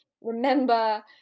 remember